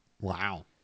Wow